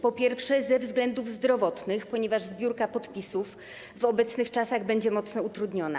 Po pierwsze, ze względów zdrowotnych, ponieważ zbiórka podpisów w obecnych czasach będzie mocno utrudniona.